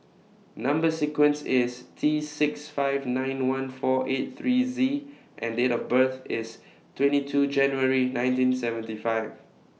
Number sequence IS T six five nine one four eight three Z and Date of birth IS twenty two January nineteen seventy five